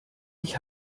ich